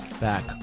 back